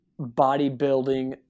bodybuilding